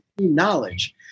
knowledge